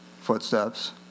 footsteps